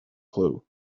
clue